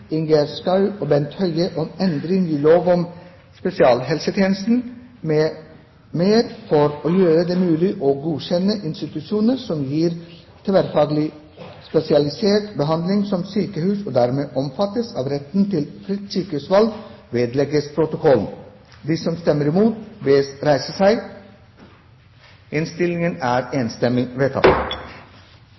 Ingjerd Schou og Bent Høie om endring i lov om spesialisthelsetjenesten m.m. for å gjøre det mulig å godkjenne institusjoner som gir tverrfaglig spesialisert behandling som sykehus og dermed omfattes av retten til fritt sykehusvalg. Komiteens flertall, bestående av Arbeiderpartiet, Senterpartiet og Sosialistisk Venstreparti, står bak komiteens tilrådning, som er at saken skal vedlegges protokollen. Det er